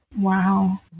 Wow